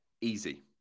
Easy